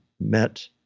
met